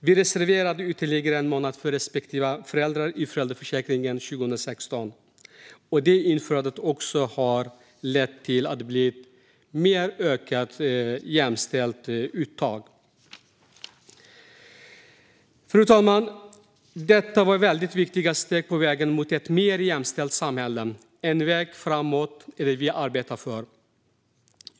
Vi reserverade ytterligare en månad för respektive förälder i föräldraförsäkringen 2016. Införandet har lett till ett mer jämställt uttag. Fru talman! Detta var viktiga steg på vägen mot ett mer jämställt samhälle. En väg framåt är det vi arbetar för.